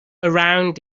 around